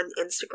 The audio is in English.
Instagram